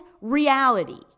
reality